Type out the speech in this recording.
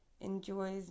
enjoys